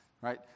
right